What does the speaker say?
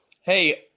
hey